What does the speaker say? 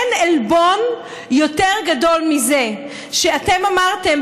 אין עלבון יותר גדול מזה שאתם אמרתם,